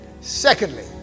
Secondly